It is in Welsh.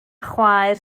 chwaer